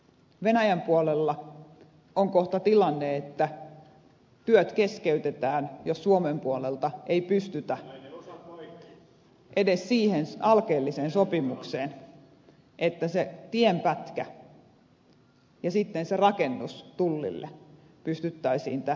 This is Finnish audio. venäjän puolella on kohta tilanne että työt keskeytetään jos suomen puolelta ei pystytä edes siihen alkeelliseen sopimukseen että se tienpätkä ja se rakennus tullille pystyttäisiin järjestämään